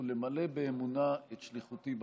ולמלא באמונה את שליחותי בכנסת.